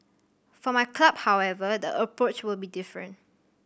for my club however the approach will be different